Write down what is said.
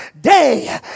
day